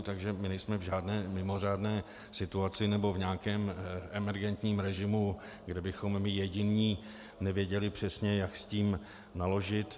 Takže my nejsme v žádné mimořádné situaci nebo v nějakém emergentním režimu, kde bychom my jediní nevěděli přesně, jak s tím naložit.